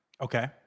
Okay